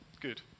Good